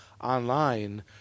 online